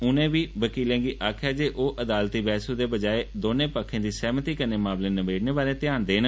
उनें बी वकीलें गी आक्खेया जे ओ अदालती बैहसू दे बजाय दौनें क्खें दी सैहमति कन्नै मामले नबेड़ने बारै ध्यान देन